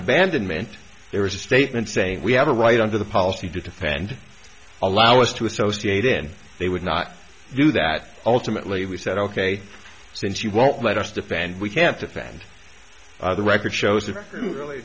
abandonment there is a statement saying we have a right under the policy to defend allow us to associate in they would not do that ultimately we said ok since you won't let us defend we can't defend the record shows it really